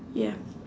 ya